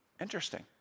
Interesting